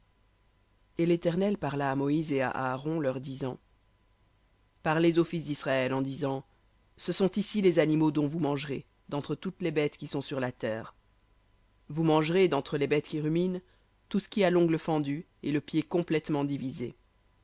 et l'éternel parla à moïse et à aaron leur disant parlez aux fils d'israël en disant ce sont ici les animaux dont vous mangerez d'entre toutes les bêtes qui sont sur la terre vous mangerez d'entre les bêtes qui ruminent tout ce qui a l'ongle fendu et le pied complètement divisé